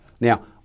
Now